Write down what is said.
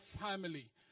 family